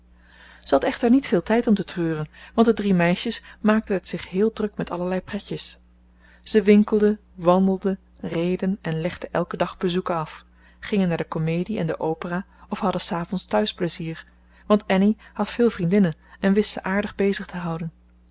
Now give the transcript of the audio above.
had echter niet veel tijd om te treuren want de drie meisjes maakten het zich heel druk met allerlei pretjes ze winkelden wandelden reden en legden elken dag bezoeken af gingen naar de comedie en de opera of hadden s avonds thuis plezier want annie had veel vriendinnen en wist ze aardig bezig te houden